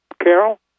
Carol